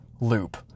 loop